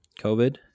COVID